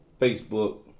Facebook